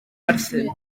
perthyn